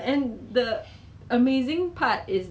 none of that I'm not an essential worker so